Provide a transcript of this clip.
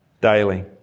daily